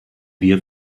wir